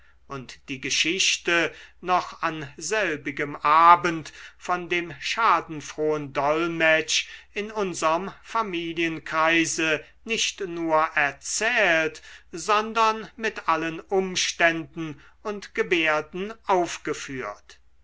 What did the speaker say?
und die geschichte noch an selbigem abend von dem schadenfrohen dolmetsch in unserm familienkreise nicht nur erzählt sondern mit allen umständen und gebärden aufgeführt